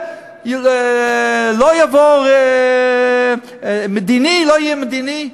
לא יהיה צעד מדיני,